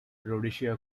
rhodesia